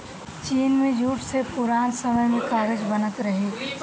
चीन में जूट से पुरान समय में कागज बनत रहे